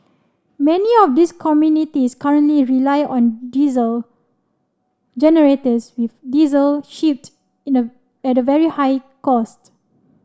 many of these communities currently rely on diesel generators with diesel shipped in a at very high cost